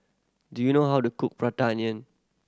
do you know how to cook Prata Onion